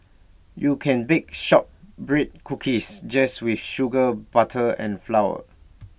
you can bake Shortbread Cookies just with sugar butter and flour